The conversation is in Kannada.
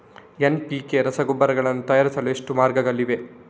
ಎನ್.ಪಿ.ಕೆ ರಸಗೊಬ್ಬರಗಳನ್ನು ತಯಾರಿಸಲು ಎಷ್ಟು ಮಾರ್ಗಗಳಿವೆ?